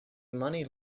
money